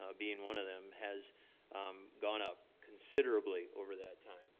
ah being one of them, has gone up considerably over that time.